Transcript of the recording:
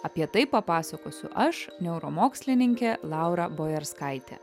apie tai papasakosiu aš neuromokslininkė laura bojarskaitė